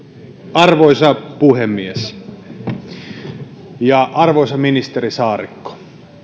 arvoisa puhemies arvoisa ministeri saarikko